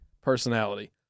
personality